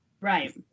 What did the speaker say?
Right